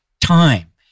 time